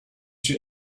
you